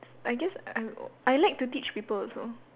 I guess I'll I like to teach people also